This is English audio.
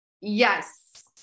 Yes